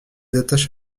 attache